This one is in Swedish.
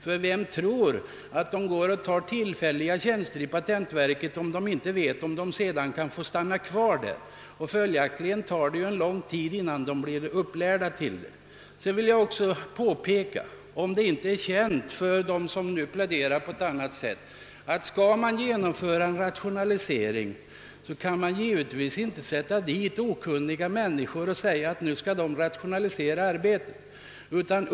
Ingen vill gärna ta en tillfällig tjänst i patentverket om han inte vet att han kan få stanna kvar, och det tar lång tid innan en ingenjör blir upplärd. Sedan vill jag påpeka — om det inte redan är känt för dem som nu pläderar på annat sätt — att man inte kan sätta okunniga människor att försöka rationalisera arbetet.